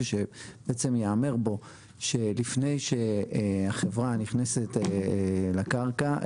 ושבעצם ייאמר בו שלפני שהחברה נכנסת לקרקע,